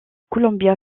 columbia